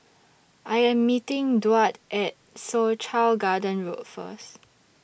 I Am meeting Duard At Soo Chow Garden Road First